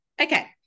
okay